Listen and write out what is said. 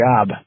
job